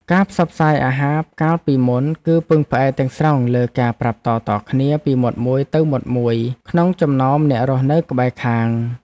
ការផ្សព្វផ្សាយអាហារកាលពីមុន គឺពឹងផ្អែកទាំងស្រុងលើការប្រាប់តៗគ្នាពីមាត់មួយទៅមាត់មួយក្នុងចំណោមអ្នករស់នៅក្បែរខាង។